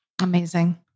Amazing